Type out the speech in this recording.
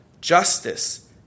justice